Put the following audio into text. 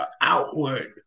outward